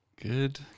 good